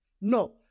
no